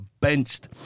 Benched